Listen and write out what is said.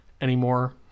anymore